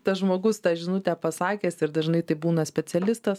tas žmogus tą žinutę pasakęs ir dažnai tai būna specialistas